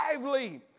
lively